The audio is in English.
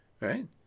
right